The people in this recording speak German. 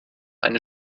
eine